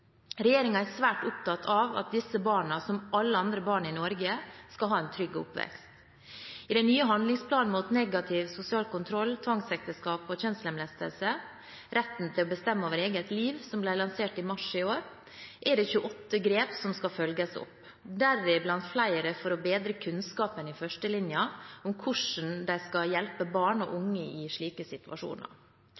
er svært opptatt av at disse barna, som alle andre barn i Norge, skal ha en trygg oppvekst. I den nye handlingsplanen mot negativ sosial kontroll, tvangsekteskap og kjønnslemlestelse, «Retten til å bestemme over eget liv», som ble lansert i mars i år, er det 28 grep som skal følges opp, deriblant flere for å bedre kunnskapen i førstelinjen om hvordan de skal hjelpe barn og